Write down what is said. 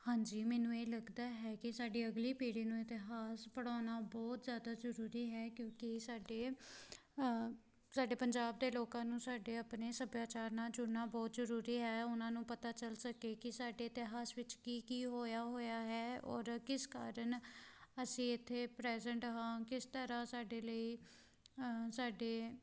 ਹਾਂਜੀ ਮੈਨੂੰ ਇਹ ਲੱਗਦਾ ਹੈ ਕਿ ਸਾਡੀ ਅਗਲੀ ਪੀੜ੍ਹੀ ਨੂੰ ਇਤਿਹਾਸ ਪੜ੍ਹਾਉਣਾ ਬਹੁਤ ਜ਼ਿਆਦਾ ਜ਼ਰੂਰੀ ਹੈ ਕਿਉਂਕਿ ਸਾਡੇ ਸਾਡੇ ਪੰਜਾਬ ਦੇ ਲੋਕਾਂ ਨੂੰ ਸਾਡੇ ਆਪਣੇ ਸੱਭਿਆਚਾਰ ਨਾਲ ਜੁੜਨਾ ਬਹੁਤ ਜ਼ਰੂਰੀ ਹੈ ਉਹਨਾਂ ਨੂੰ ਪਤਾ ਚੱਲ ਸਕੇ ਕਿ ਸਾਡੇ ਇਤਿਹਾਸ ਵਿੱਚ ਕੀ ਕੀ ਹੋਇਆ ਹੋਇਆ ਹੈ ਔਰ ਕਿਸ ਕਾਰਨ ਅਸੀਂ ਇੱਥੇ ਪ੍ਰੈਜੈਂਟ ਹਾਂ ਕਿਸ ਤਰ੍ਹਾਂ ਸਾਡੇ ਲਈ ਸਾਡੇ